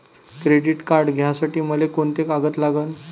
Credit card घ्यासाठी मले कोंते कागद लागन?